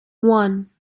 one